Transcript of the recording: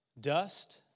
dust